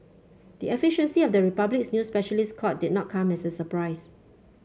the efficiency the Republic's new specialist court did not come as a surprise